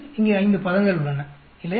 இங்கே 5 பதங்கள் உள்ளன இல்லையா